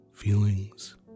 feelings